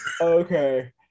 Okay